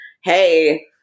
hey